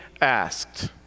asked